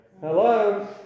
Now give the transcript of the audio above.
Hello